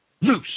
Loose